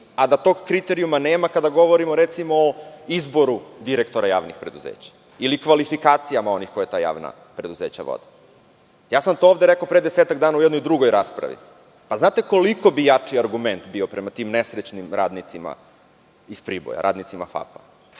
a da tog kriterijuma nema kada govorimo recimo o izboru direktora javnih preduzeća ili kvalifikacijama onih koja ta javna preduzeća vode. To sam ovde rekao pre 10-ak dana u jednoj drugoj raspravi. Znate, koliko bi jači argument bio prema tim nesrećnim radnicima iz Priboja, radnicima FAP-a,